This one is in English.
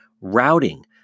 routing